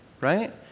right